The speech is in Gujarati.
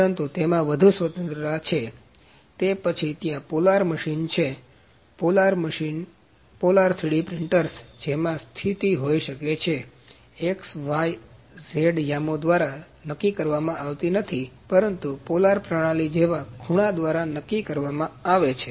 પરંતુ તેમાં વધુ સ્વતંત્રતા છે તે પછી ત્યાં પોલાર મશીન છે પોલાર મશીન છે પોલાર 3D પ્રિંટર્સ જેમાં સ્થિતિ કોઈ x y અને z યામો દ્વારા નક્કી કરવામાં આવતી નથી પરંતુ પોલાર પ્રણાલી જેવા ખૂણા દ્વારા નક્કી કરવામાં આવે છે